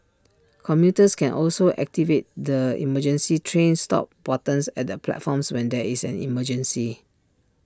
commuters can also activate the emergency train stop buttons at the platforms when there is an emergency